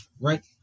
Right